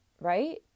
right